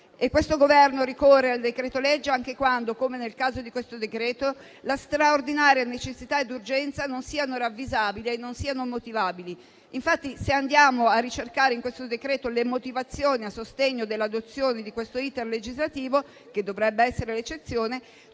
Questo Governo ricorre al decreto-legge anche quando - come nel caso del decreto in esame - la straordinaria necessità e l'urgenza non siano ravvisabili e motivabili. Infatti, se andiamo a ricercare nel decreto le motivazioni a sostegno dell'adozione di questo *iter* legislativo, che dovrebbe essere l'eccezione,